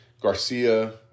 Garcia